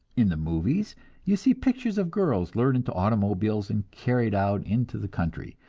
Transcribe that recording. in the movies you see pictures of girls lured into automobiles, and carried out into the country,